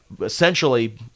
essentially